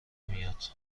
میاد